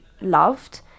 loved